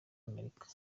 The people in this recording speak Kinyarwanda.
amerika